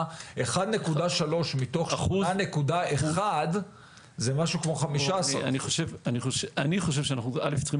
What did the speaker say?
1.3 מתוך 1.1 זה משהו כמו 15. אני חושב שאנו צריכים